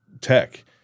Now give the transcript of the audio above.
tech